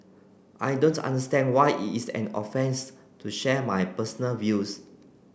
I don't understand why it is an offence to share my personal views